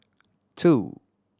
two